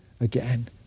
again